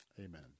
amen